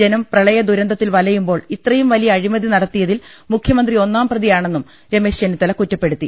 ജനം പ്രളയദുരന്തത്തിൽ വലയുമ്പോൾ ഇത്രയും വലിയ അഴിമതി നടത്തിയതിൽ മുഖൃമന്ത്രി ഒന്നാം പ്രതിയാണെന്നും രമേശ് ചെന്നിത്തല കുറ്റപ്പെടുത്തി